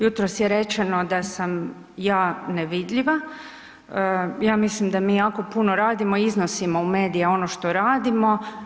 Jutros je rečeno da sam ja nevidljiva, ja mislim da mi jako puno radimo i iznosimo u medije ono što radimo.